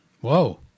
Whoa